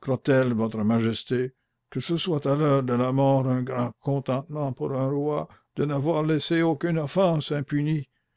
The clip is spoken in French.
croit-elle votre majesté que ce soit à l'heure de la mort un grand contentement pour un roi de n'avoir laissé aucune offense impunie